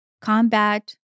combat